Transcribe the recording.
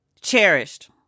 cherished